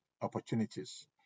opportunities